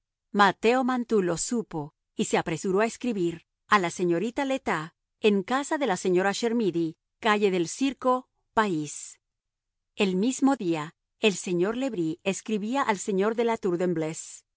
mateo mantoux lo supo y se apresuró a escribir a la señorita le tas en casa de la señora chermidy calle del circo parís el mismo día el señor le bris escribía al señor de la